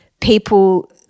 people